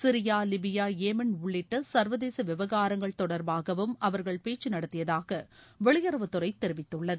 Syria Libya Yemen உள்ளிட்ட சர்வதேச விவாகாரங்கள் தொடர்பாகவும் அவர்கள் பேச்சு நடத்தியதாக வெளியுறவுத்துறை தெரிவித்துள்ளது